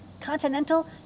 continental